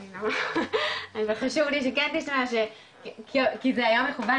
אבל חשוב לי שכן תשמע כי זה היה מכוון